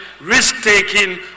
risk-taking